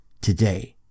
today